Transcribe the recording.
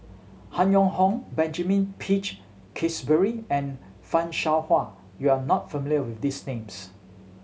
Han Yong Hong Benjamin Peach Keasberry and Fan Shao Hua you are not familiar with these names